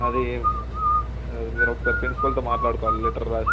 అదే ఏమి మీరు ఒకసారి ప్రిన్సిపల్తో మాట్లాడుకోవాలి లెటర్ వ్రాసి